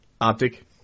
Optic